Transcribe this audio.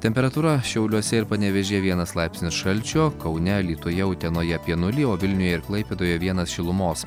temperatūra šiauliuose ir panevėžyje vienas laipsnis šalčio kaune alytuje utenoje apie nulį o vilniuje ir klaipėdoje vienas šilumos